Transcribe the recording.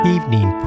Evening